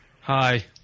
Hi